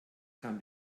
kam